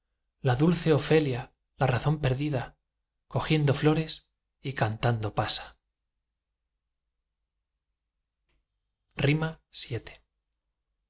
la dulce ofelia la razón perdida cogiendo flores y cantando pasa vii